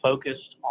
focused